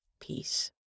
peace